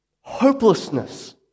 Hopelessness